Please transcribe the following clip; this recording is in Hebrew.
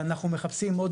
ואנחנו מחפשים עוד